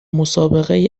مسابقهای